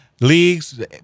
leagues